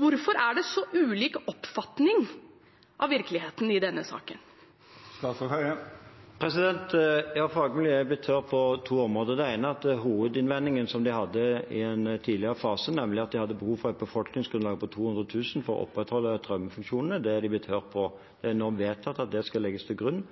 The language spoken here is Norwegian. hvorfor er det så ulik oppfatning av virkeligheten i denne saken? Fagmiljøet har blitt hørt på to områder. Det ene er hovedinnvendingen de hadde i en tidligere fase, nemlig at de hadde behov for et befolkningsgrunnlag på 200 000 for å opprettholde traumefunksjonene. Det har de blitt hørt på. Det er nå vedtatt at det skal legges til grunn